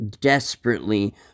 desperately